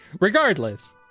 regardless